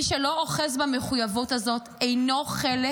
מי שלא אוחז במחויבות הזאת אינו חלק